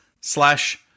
slash